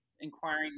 Inquiring